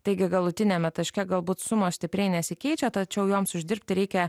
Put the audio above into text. taigi galutiniame taške galbūt sumos stipriai nesikeičia tačiau joms uždirbti reikia